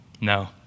No